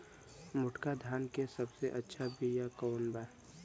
मोटका धान के सबसे अच्छा बिया कवन बा?